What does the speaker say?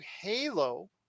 Halo